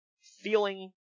feeling